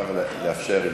אפשר לאפשר.